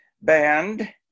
band